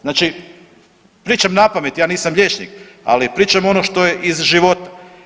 Znači pričam napamet ja nisam liječnik, ali pričam ono što je iz života.